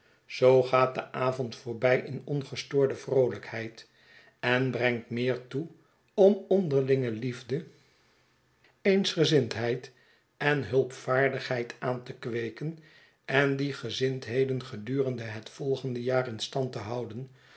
zoo gaat de avond voorbtj in ongestoorde vroolijkheid en brengt meer toe om onderlinge liefde eensgezindheid en hulpvaardigheid aan te kweeken en die gezindheden gedurende het volgende jaar in stand te houden